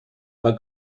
war